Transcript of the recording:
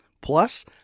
Plus